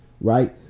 right